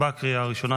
לקריאה ראשונה.